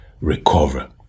recover